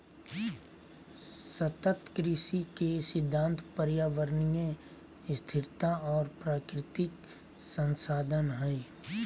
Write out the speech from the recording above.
सतत कृषि के सिद्धांत पर्यावरणीय स्थिरता और प्राकृतिक संसाधन हइ